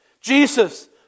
Jesus